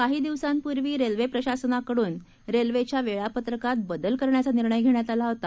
काही दिवसांपूर्वी रेल्वे प्रशासनाकडून रेल्वेच्या वेळापत्रकात बदल करण्याचा निर्णय घेण्यात आला होता